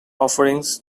offerings